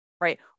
Right